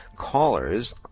Callers